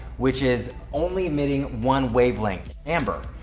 which is only admitting one wavelength, amber.